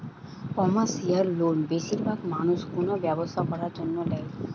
commercial loan বেশিরভাগ মানুষ কোনো ব্যবসা করার জন্য ল্যায়